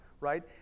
right